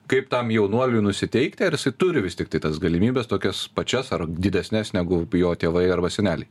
kaip tam jaunuoliui nusiteikti ar jisai turi vis tiktai tas galimybes tokias pačias ar didesnes negu jo tėvai arba seneliai